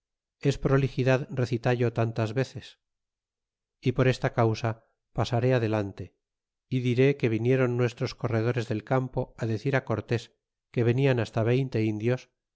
es prolixidad recitallo tantas veces y por esta causa pasaré adelante y diré que vinieron nuestros corredores del campo a decir cortés que venian hasta veinte indios